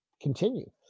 continue